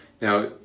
Now